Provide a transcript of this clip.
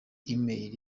email